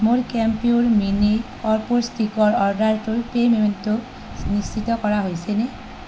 মোৰ কেম্পিউৰ মিনি কৰ্পূৰ ষ্টিকৰ অৰ্ডাৰটোৰ পে'মেণ্টটো নিশ্চিত কৰা হৈছেনে